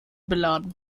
beladen